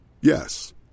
Yes